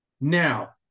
Now